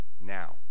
now